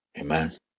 Amen